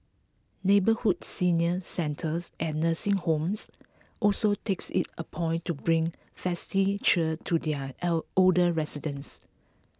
neighbourhood senior centres and nursing homes also takes IT A point to bring festive cheer to their L older residents